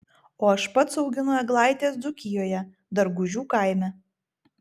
o aš pats auginu eglaites dzūkijoje dargužių kaime